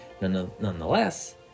Nonetheless